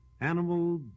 Animal